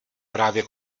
právě